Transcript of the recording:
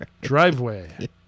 driveway